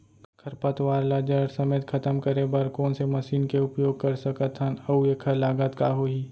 खरपतवार ला जड़ समेत खतम करे बर कोन से मशीन के उपयोग कर सकत हन अऊ एखर लागत का होही?